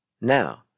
Now